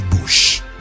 Bush